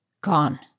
gone